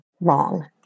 wrong